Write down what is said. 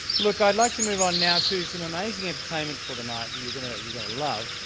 look i'd like to move on now to some amazing entertainment for the night that you're gonna you're gonna love.